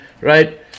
right